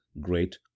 great